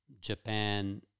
Japan